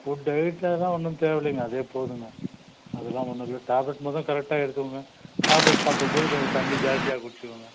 food டையடில் அதுலாம் ஒன்று தேவை இல்லைங்க அதே போதுங்க அதுலாம் ஒன்றுல்ல டேப்லெட் முத கரெக்ட்டாக எடுத்துக்கோங்க டேப்லெட் சாப்பிடும் போது கொஞ்சம் தண்ணி ஜாஸ்த்தியாக குடிச்சுக்கோங்க